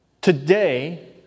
Today